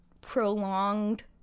prolonged